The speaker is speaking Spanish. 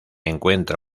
encuentra